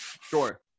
Sure